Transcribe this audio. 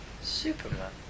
Superman